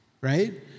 Right